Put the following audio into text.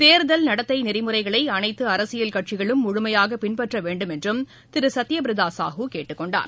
தேர்தல் நடத்தை நெறிமுறைகளை அனைத்து அரசியல் கட்சிகளும் முழுமையாக பின்பற்ற வேண்டும் என்றும் திரு சத்ய பிரதா சாஹூ கேட்டுக்கொண்டார்